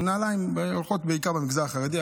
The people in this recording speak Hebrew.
נעליים שהולכות בעיקר במגזר החרדי.